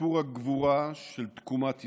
מסיפור הגבורה של תקומת ישראל.